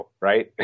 Right